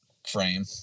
Frame